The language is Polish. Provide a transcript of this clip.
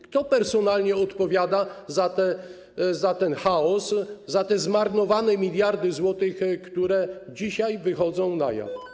Kto personalnie odpowiada za ten chaos, za te zmarnowane miliardy złotych, które dzisiaj wychodzą na jaw?